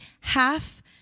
half